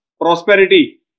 prosperity